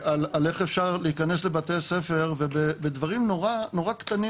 על איך אפשר להיכנס לבתי ספר ובדברים נורא קטנים